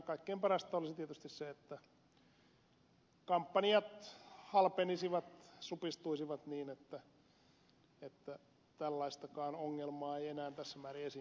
kaikkein parasta olisi tietysti se että kampanjat halpenisivat supistuisivat niin että tällaistakaan ongelmaa ei enää tässä määrin esiintyisi